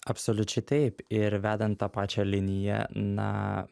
absoliučiai taip ir vedant tą pačią liniją na